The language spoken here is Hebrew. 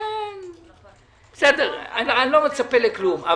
אני לא מצפה לכלום.